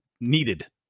needed